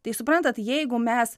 tai suprantat jeigu mes